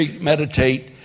meditate